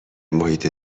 محیط